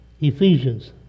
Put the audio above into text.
Ephesians